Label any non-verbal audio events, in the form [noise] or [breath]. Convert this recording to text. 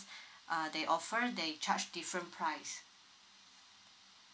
[breath] uh they offer they charge different price